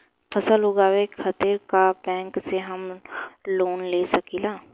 फसल उगावे खतिर का बैंक से हम लोन ले सकीला?